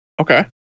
okay